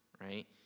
right